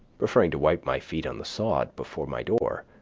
preferring to wipe my feet on the sod before my door.